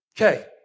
Okay